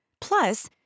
Plus